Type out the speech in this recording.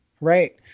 right